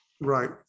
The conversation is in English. Right